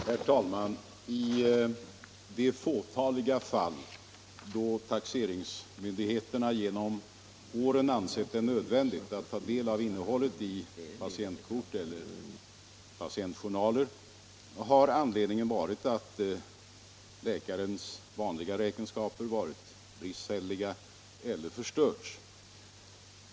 Herr talman! I de fåtaliga fall där taxeringsmyndigheterna genom åren ansett det nödvändigt att ta del av innehållet i patientkort eller patientjournaler har anledningen varit att läkarens vanliga räkenskaper varit bristfälliga eller förstörda.